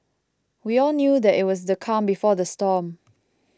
we all knew that it was the calm before the storm